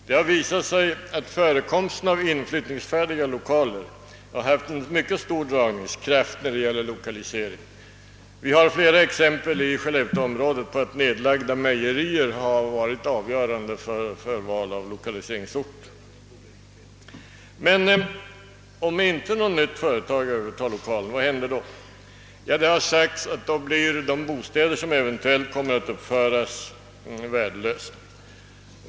Det har visat sig att förekomsten av inflyttningsfärdiga lokaler har haft en mycket stor dragningskraft när det gäller lokalisering. Vi har flera exempel i skellefteåområdet på att nedlagda mejerier har varit avgörande för val av lokaliseringsort. Men om inte något nytt företag övertar lokalen, vad händer då? Det har sagts att de bostäder som eventuellt kommer att uppföras i så fall blir värdelösa.